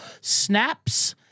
snaps